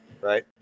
right